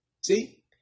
see